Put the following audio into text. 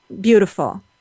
beautiful